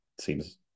seems